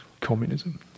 communism